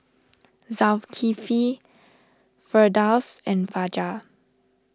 Zulkifli Firdaus and Fajar